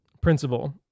Principle